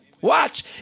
Watch